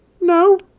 No